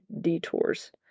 detours